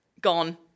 gone